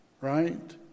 Right